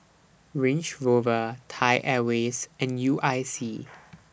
Range Rover Thai Airways and U I C